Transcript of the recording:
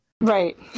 Right